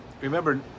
remember